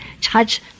touch